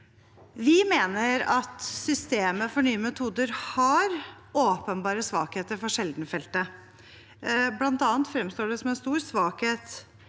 Vi mener at systemet for Nye metoder har åpenbare svakheter for sjeldenfeltet. Blant annet fremstår det som en stor svakhet